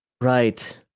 right